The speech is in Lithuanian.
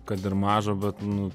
kad ir mažą bet nu